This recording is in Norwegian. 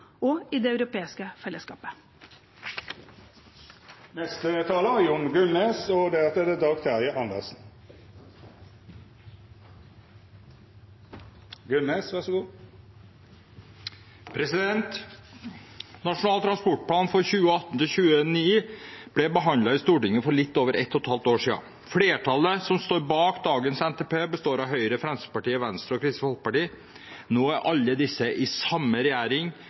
og i Det europeiske fellesskapet. Nasjonal transportplan 2018–2029 ble behandlet i Stortinget for litt over ett og et halvt år siden. Flertallet som står bak dagens NTP, består av Høyre, Fremskrittspartiet, Venstre og Kristelig Folkeparti. Nå er alle disse partiene i samme regjering